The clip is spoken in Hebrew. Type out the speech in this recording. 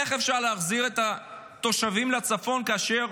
איך אפשר להחזיר את התושבים לצפון כאשר